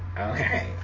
Okay